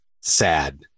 sad